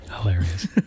Hilarious